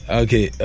okay